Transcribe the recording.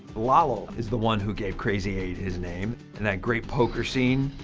lalo is the one who gave krazy eight his name in that great poker scene.